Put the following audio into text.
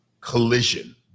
collision